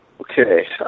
Okay